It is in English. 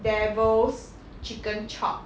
devil's chicken chop